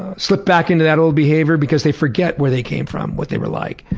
slip back into that old behavior because they forget where they came from, what they were like.